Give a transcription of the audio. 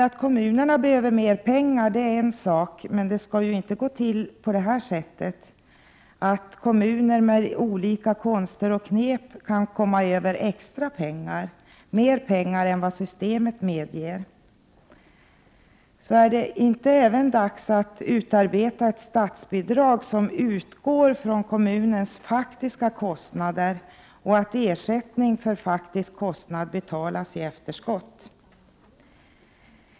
Att kommunerna behöver mer pengar är en sak, men det skall inte gå till på det sättet att kommuner med olika konster och knep kan komma över mer pengar än systemet medger. Är det inte även dags att utarbeta ett statsbidrag som utgår från kommunens faktiska kostnader och att ersättning för faktisk kostnad betalas i efterskott?